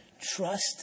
Trust